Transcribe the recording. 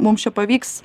mums čia pavyks